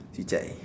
chit chat eh